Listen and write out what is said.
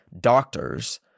doctors